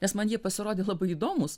nes man jie pasirodė labai įdomūs